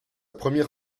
première